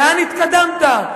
לאן התקדמת,